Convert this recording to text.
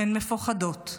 הן מפוחדות.